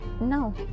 No